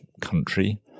country